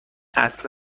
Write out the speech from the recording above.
اصل